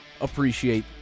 appreciate